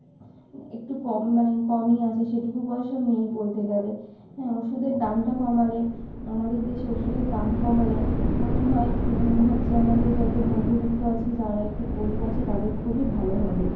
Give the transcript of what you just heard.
একটু কম মানে কমই আছে সেটুকু পয়সাও নেই বলতে গেলে হ্যাঁ ওষুধের দামটা কমালে আমাদের দেশে ওষুধের দাম কমালে মনে হয় হচ্ছে আমাদের যতো মধ্যবিত্ত আছে যারা একটু গরিব আছে তাদের খুবই ভালো হবে